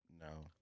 No